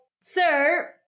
sir